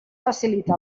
facilita